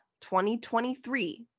2023